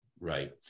right